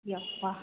ಯಪ್ಪಾ